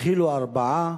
התחילו ארבעה,